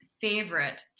favorite